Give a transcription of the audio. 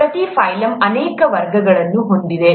ಪ್ರತಿ ಫೈಲಮ್ ಅನೇಕ ವರ್ಗಗಳನ್ನು ಹೊಂದಿದೆ